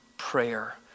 prayer